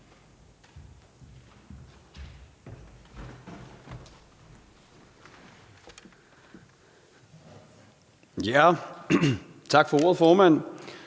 Tak for det, formand,